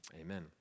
Amen